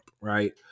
right